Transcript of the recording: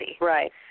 Right